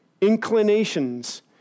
inclinations